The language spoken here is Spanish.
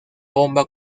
bomba